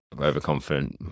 overconfident